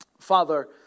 Father